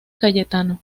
cayetano